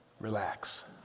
relax